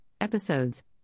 Episodes